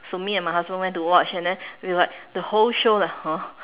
so me and my husband went to watch and then we were like the whole show like !huh!